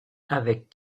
avec